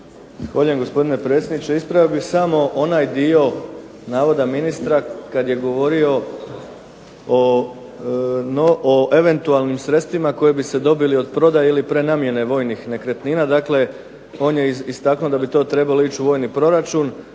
gospodine predsjedniče. Ispravio bih samo onaj dio navoda ministra kad je govorio o eventualnim sredstvima koji bi se dobili od prodaje ili prenamjene vojnih nekretnina. Dakle, on je istaknuo da bi to trebalo ići u vojni proračun.